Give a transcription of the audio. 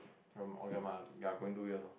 from ya going two years loh